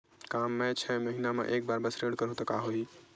मैं छै महीना म एक बार बस ऋण करहु त का होही?